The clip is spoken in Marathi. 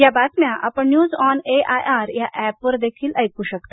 या बातम्या आपण न्यूज ऑन एआयआर ऍपवर देखील ऐकू शकता